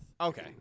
Okay